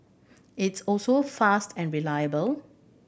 it's also fast and reliable